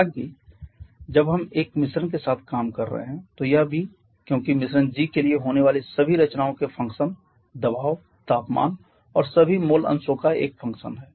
हालाँकि जब हम एक मिश्रण के साथ काम कर रहे हैं तो यह भी क्योंकि मिश्रण G के लिए होने वाली सभी रचनाओं के फंक्शन दबाव तापमान और सभी मोल mole अंशों का एक फंक्शन है